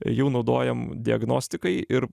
jau naudojam diagnostikai ir